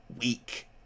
week